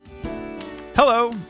Hello